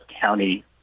county